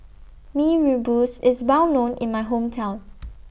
Mee Rebus IS Well known in My Hometown